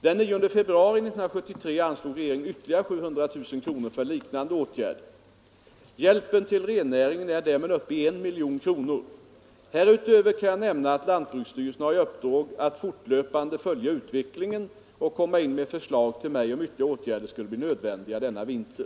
Den 9 februari 1973 anslog regeringen ytterligare 700 000 kronor för liknande ätgärder. Hjälpen till rennäringen är därmed uppe i en miljon kronor. Härutöver kan jag nämna att lantbruksstyrelsen har i uppdrag att fortlöpande följa utvecklingen och komma in med förslag till mig om ytterligare åtgärder skulle bli nödvändiga denna vinter.